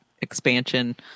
expansion